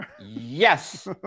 Yes